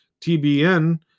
TBN